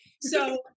So-